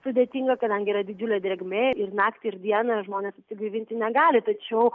sudėtinga kadangi yra didžiulė drėgmė ir naktį ir dieną žmonės atsigaivinti negali tačiau